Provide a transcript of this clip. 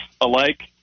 alike